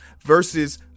versus